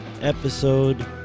episode